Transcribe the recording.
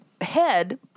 head